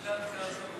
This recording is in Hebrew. לסעיף 9